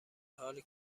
حالی